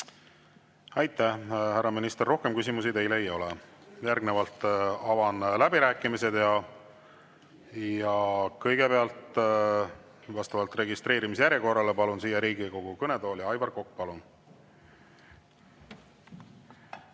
Aitäh, härra minister! Rohkem küsimusi teile ei ole. Järgnevalt avan läbirääkimised. Kõigepealt vastavalt registreerimise järjekorrale palun siia Riigikogu kõnetooli Aivar Koka. Palun!